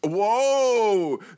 Whoa